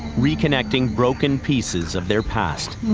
reconnecting broken pieces of their past.